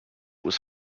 was